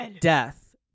death